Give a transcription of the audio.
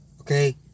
Okay